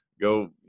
go